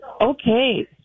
Okay